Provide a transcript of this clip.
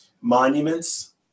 monuments